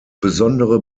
besondere